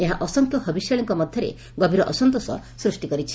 ଏହା ଅସଂଖ୍ୟ ହବିଷ୍ୟାଳିଙ୍କ ମଧ୍ଧରେ ଗଭୀର ଅସନ୍ତୋଷ ସୃଷି କରିଛି